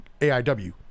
Aiw